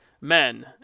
men